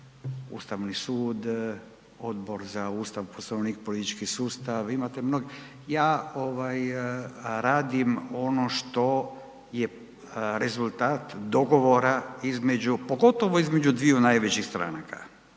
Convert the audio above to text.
Ustavni sud, Odbor za Ustav, Poslovnik i politički sustav, imate mnogo. Ja ovaj radim ono što je rezultat dogovora između, pogotovo između dviju najvećih stranaka